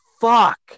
fuck